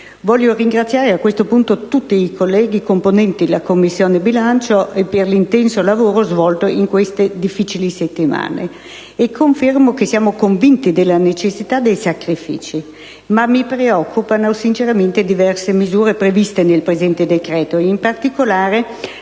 Voglio ringraziare a questo punto tutti i colleghi componenti la Commissione bilancio per l'intenso lavoro svolto in queste difficili settimane, e confermo che siamo convinti della necessità dei sacrifici, ma mi preoccupano sinceramente diverse misure previste nel presente decreto, in particolare